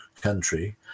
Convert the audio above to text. country